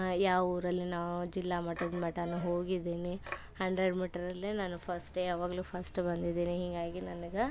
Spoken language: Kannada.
ಯಾವೂರಲ್ಲಿ ನಾವು ಜಿಲ್ಲಾಮಟ್ಟದ ಮಟನು ಹೋಗಿದ್ದೀನಿ ಹಂಡ್ರೆಡ್ ಮೀಟರಲ್ಲಿ ನಾನು ಫಸ್ಟೇ ಯಾವಾಗಲೂ ಫಸ್ಟ್ ಬಂದಿದ್ದೀನಿ ಹೀಗಾಗಿ ನನ್ಗೆ